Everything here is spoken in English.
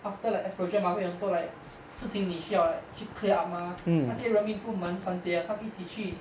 after like explosion mah 会有很多 like 事情你需要 like 去 clear up mah 那些人民部门蛮团结他们一起去